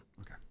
Okay